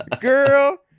girl